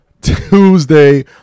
Tuesday